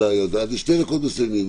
נכון.